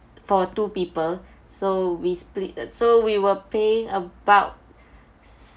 for two people so we split the so we were paying about